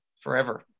forever